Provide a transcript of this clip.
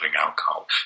alcohol